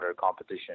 competition